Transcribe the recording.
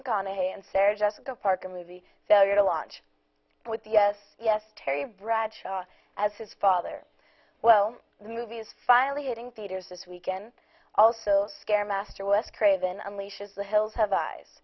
mcconaughey and sarah jessica parker movie failure to launch with yes yes terry bradshaw as his father well the movie is finally hitting theaters this weekend also scare masterless craven unleashes the hills have eyes